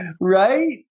Right